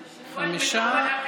חמישה.